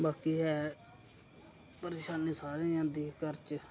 बाकी एह् ऐ परेशानी सारें गी होंदी घर च